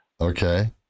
Okay